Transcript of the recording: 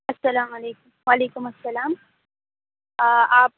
السّلام علیکم وعلیکم السّلام آپ